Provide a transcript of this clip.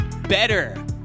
better